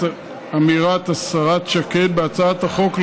אמירת השרה שקד, בהצעת החוק,